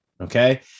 Okay